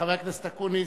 חבר הכנסת אקוניס,